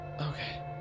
Okay